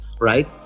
right